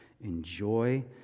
enjoy